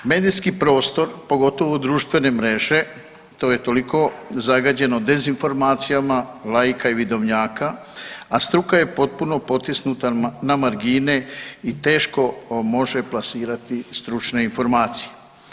Medijski prostor pogotovo društvene mreže to je toliko zagađeno dezinformacijama laika i vidovnjaka, a struka je potpuno potisnuta na margine i teško može plasirati stručne informacije.